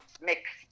mixed